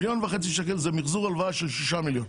מיליון וחצי שקלים, זה מחזור הלוואה של 6 מיליון.